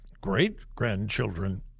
great-grandchildren